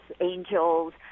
angels